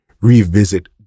revisit